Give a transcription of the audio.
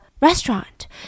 restaurant